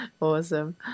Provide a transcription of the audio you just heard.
awesome